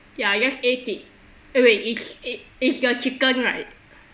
ya I just ate it eh wait is it is your chicken right